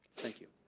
thank you.